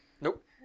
Nope